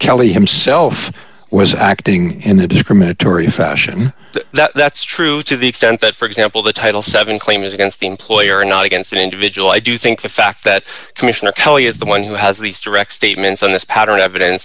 kelly himself was acting in a discriminatory fashion that's true to the extent that for example the title seven claim is against the employer not against an individual i do think the fact that commissioner kelly is the one who has these to wreck statements on this pattern evidence